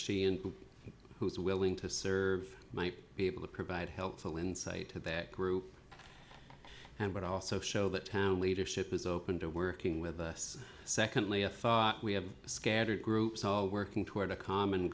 sheehan who is willing to serve might be able to provide helpful insight to that group and but also show that town leadership is open to working with us secondly i thought we have scattered groups all working toward a common